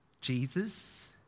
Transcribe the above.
Jesus